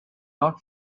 not